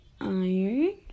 iron